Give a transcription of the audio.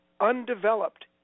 undeveloped